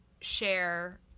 share